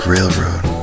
Railroad